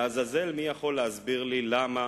לעזאזל, מי יכול להסביר לי למה